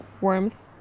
warmth